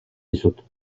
dizut